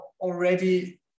already